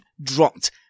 dropped